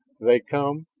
they come.